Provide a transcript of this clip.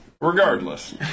Regardless